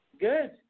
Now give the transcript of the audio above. Good